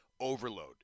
overload